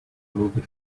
movie